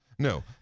No